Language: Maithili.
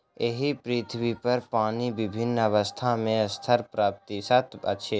एहि पृथ्वीपर पानि विभिन्न अवस्था मे सत्तर प्रतिशत अछि